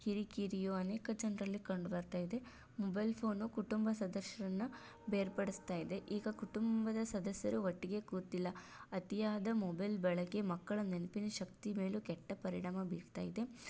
ಕಿರಿಕಿರಿಯು ಅನೇಕ ಜನರಲ್ಲಿ ಕಂಡು ಬರ್ತಾಯಿದೆ ಮೊಬೆಲ್ ಫೋನು ಕುಟುಂಬ ಸದಸ್ಯರನ್ನ ಬೇರ್ಪಡಿಸ್ತಾಯಿದೆ ಈಗ ಕುಟುಂಬದ ಸದಸ್ಯರು ಒಟ್ಟಿಗೆ ಕೂರ್ತಿಲ್ಲ ಅತಿಯಾದ ಮೊಬೆಲ್ ಬಳಕೆ ಮಕ್ಕಳ ನೆನಪಿನ ಶಕ್ತಿ ಮೇಲೂ ಕೆಟ್ಟ ಪರಿಣಾಮ ಬೀರ್ತಾಯಿದೆ